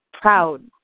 proud